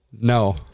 No